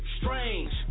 strange